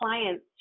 clients